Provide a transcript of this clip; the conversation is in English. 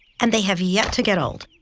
and they have yet to get old.